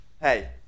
Hey